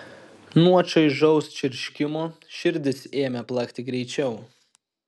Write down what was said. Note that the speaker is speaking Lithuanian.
nuo čaižaus čirškimo širdis ėmė plakti greičiau